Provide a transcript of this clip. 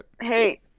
Hey